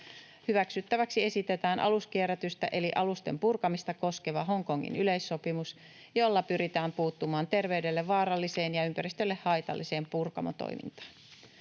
Hyväksyttäväksi esitetään aluskierrätystä eli alusten purkamista koskeva Hongkongin yleissopimus, jolla pyritään puuttumaan terveydelle vaaralliseen ja ympäristölle haitalliseen purkamotoimintaan.